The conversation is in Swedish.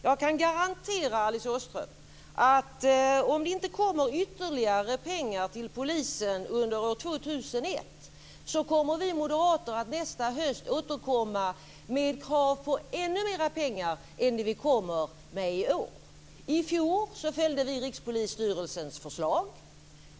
Jag kan garantera Alice Åström att om det inte kommer ytterligare pengar till polisen under år 2001 kommer vi moderater att nästa höst återkomma med krav på ännu mer pengar än vad vi kräver i år. I fjor följde vi Rikspolisstyrelsens förslag.